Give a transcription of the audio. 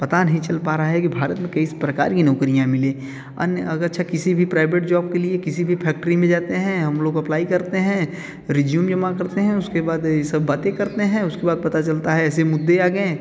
पता नहीं चल पा रहा है कि भारत में किस प्रकार की नौकरियाँ मिलें अन्य अगर अच्छा किसी भी प्राइवेट जॉब के लिए किसी भी फैक्टरी में जाते हैं हम लोग अप्लाई करते हैं रिज्यूम जमा करते हैं उसके बाद ये सब बातें करते हैं उसके बाद पता चलता है ऐसे मुद्दे आ गएं